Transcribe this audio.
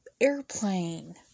airplane